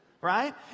Right